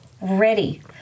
ready